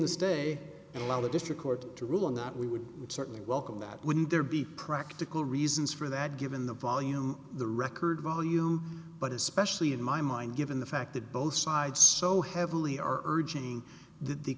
stay and allow the district court to rule on that we would certainly welcome that wouldn't there be practical reasons for that given the volume the record volume but especially in my mind given the fact that both sides so heavily are urging th